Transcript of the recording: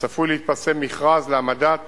צפוי להתפרסם מכרז לעמדות